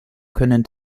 können